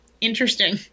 interesting